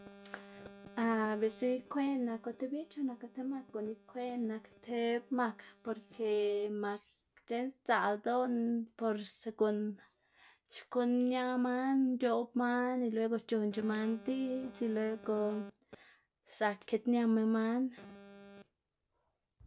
biꞌltsa ikweꞌná naku ti biꞌch o naku ti mak, guꞌn ikweꞌná nak tib mak porke mak c̲h̲eꞌn sdzaꞌl ldoꞌná, por según xkuꞌn ñaꞌ man, nc̲h̲oꞌb man y luego c̲h̲onc̲h̲a man diꞌdz y luego zak kitñama man.